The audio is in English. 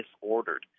disordered